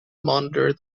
monitor